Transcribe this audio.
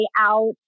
out